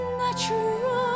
natural